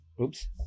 oops